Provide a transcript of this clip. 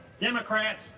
Democrats